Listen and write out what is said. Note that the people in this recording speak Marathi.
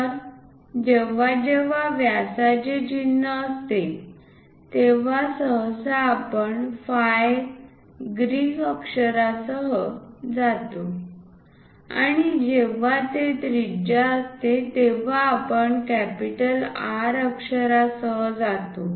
तर जेव्हा जेव्हा व्यासाचे चिन्ह असते तेव्हा सहसा आपण फाय ग्रीक अक्षरासह जातो आणि जेव्हा ते त्रिज्या असते तेव्हा आपण कॅपिटल R अक्षरासह जातो